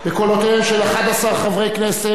בקולותיהם של 11 חברי כנסת,